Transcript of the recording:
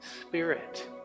Spirit